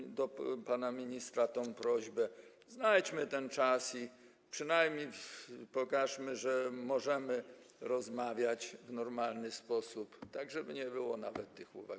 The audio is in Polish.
Mam też do pana ministra tę prośbę: znajdźmy ten czas i przynajmniej pokażmy, że możemy rozmawiać w normalny sposób, tak żeby nie było nawet tych uwag.